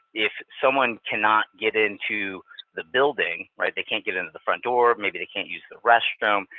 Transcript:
if someone cannot get into the building, right? they can't get into the front door. maybe they can't use the restroom.